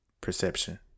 perception